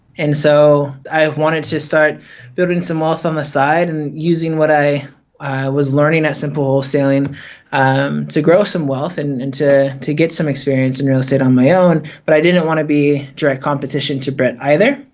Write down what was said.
and so i wanted to start building some wealth on the side and using what i was learning at simple wholesaling to grow some wealth and and to to get some experience in real estate on my own but i didn't want to be direct competition to brett either.